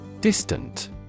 Distant